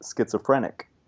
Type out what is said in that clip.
schizophrenic